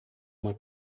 uma